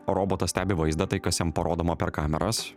robotas stebi vaizdą tai kas jam parodoma per kameras